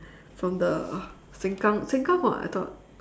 from the sengkang sengkang [what] I thought